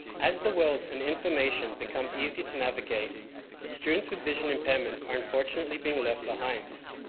as the world and information become easier to navigate students with vision impairment are unfortunately being left behind.